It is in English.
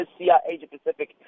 Asia-Pacific